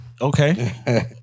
Okay